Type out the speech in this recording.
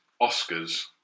Oscars